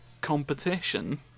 competition